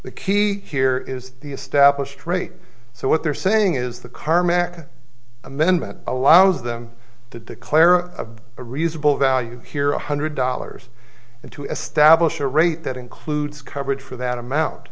the key here is the established rate so what they're saying is the car macca amendment allows them to declare a reasonable value here one hundred dollars and to establish a rate that includes coverage for that amount